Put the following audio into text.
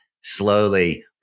slowly